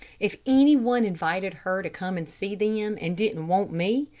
if any one invited her to come and see them and didn't want me,